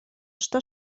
что